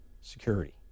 security